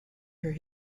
her